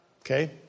Okay